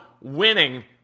winning